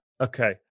Okay